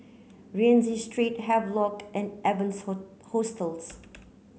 Rienzi Street Havelock and Evans Hostels